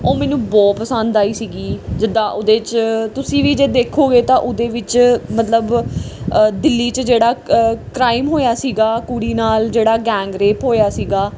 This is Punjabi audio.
ਉਹ ਮੈਨੂੰ ਬਹੁਤ ਪਸੰਦ ਆਈ ਸੀਗੀ ਜਿੱਦਾਂ ਉਹਦੇ 'ਚ ਤੁਸੀਂ ਵੀ ਜੇ ਦੇਖੋਗੇ ਤਾਂ ਉਹਦੇ ਵਿੱਚ ਮਤਲਬ ਦਿੱਲੀ 'ਚ ਜਿਹੜਾ ਕ ਕ੍ਰਾਈਮ ਹੋਇਆ ਸੀਗਾ ਕੁੜੀ ਨਾਲ ਜਿਹੜਾ ਗੈਂਗ ਰੇਪ ਹੋਇਆ ਸੀਗਾ